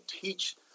teach